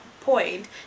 point